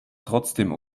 trotzdem